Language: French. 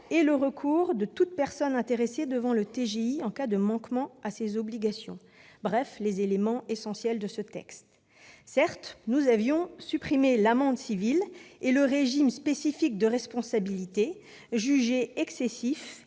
le recours de toute personne intéressée devant le TGI en cas de manquement à ces obligations. Tous les éléments essentiels du texte étaient donc repris. Certes, nous avions supprimé l'amende civile et le régime spécifique de responsabilité, jugés excessifs